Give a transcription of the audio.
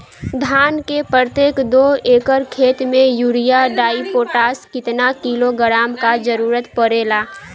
धान के प्रत्येक दो एकड़ खेत मे यूरिया डाईपोटाष कितना किलोग्राम क जरूरत पड़ेला?